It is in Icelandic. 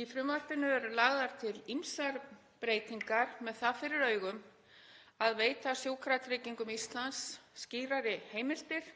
Í frumvarpinu eru lagðar til ýmsar breytingar með það fyrir augum að veita Sjúkratryggingum Íslands skýrari heimildir